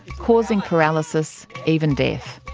causing paralysis, even death.